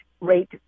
rate